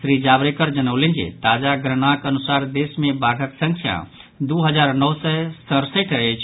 श्री जावड़ेकर जनौलनि जे ताजा गणनाक अनुसार देश मे बाघक संख्या दू हजार नओ सय सड़सठि अछि